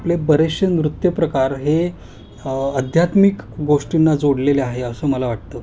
आपले बरेचसे नृत्य प्रकार हे अध्यात्मिक गोष्टींना जोडलेले आहे असं मला वाटतं